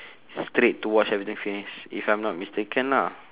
straight to watch everything finish if I'm not mistaken ah